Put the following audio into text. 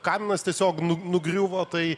kaminas tiesiog nu nugriuvo tai